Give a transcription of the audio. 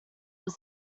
was